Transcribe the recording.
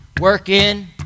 working